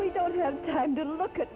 we don't have time to look at